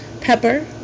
pepper